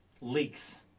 Leaks